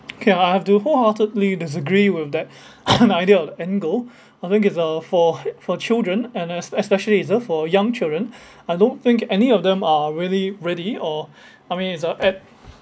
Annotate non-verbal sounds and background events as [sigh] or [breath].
okay I have to wholeheartedly disagree with that [coughs] idea of angle I think it's uh for for children and es~ especially it's uh for young children [breath] I don't think any of them are really ready or [breath] I mean it's uh at